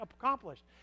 accomplished